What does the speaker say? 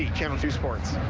channel two sports.